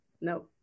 No